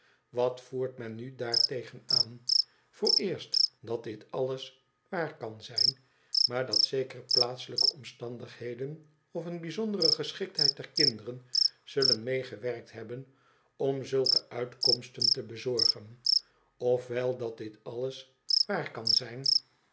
wat voert men nu daartegen aan vooreerst dat dit alles waar kan zijn maar datzekerc plaatselijke omstandigheden of een bijzondere geschiktheid der kinderen zullen meegewerkt hebben om zulke uitkomsten te bezorgen of wel dat dit alles waar kan zijn